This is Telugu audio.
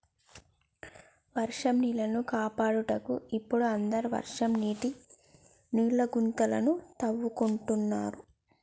వర్షం నీళ్లను కాపాడుటకు ఇపుడు అందరు వర్షం నీళ్ల గుంతలను తవ్వించుకుంటాండ్రు